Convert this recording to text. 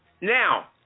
Now